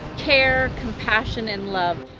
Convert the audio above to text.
care, compassion and love.